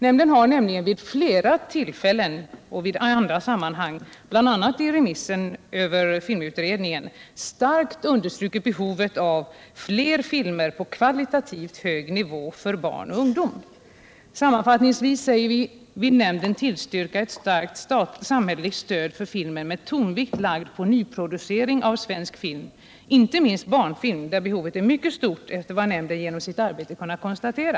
Nämnden har nämligen vid flera tillfällen och i andra sammanhang, bl.a. vid remissbehandlingen av filmutredningen, starkt understrukit behovet av fler filmer på kvalitativt hög nivå för barn och ungdom. ”Sammanfattningsvis vill nämnden tillstyrka ett starkt samhälleligt stöd för filmen med tonvikt lagd på nyproducering av svensk film, inte minst barnfilm där behovet är mycket stort efter vad nämnden genom sitt arbete kunnat konstatera.